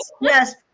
yes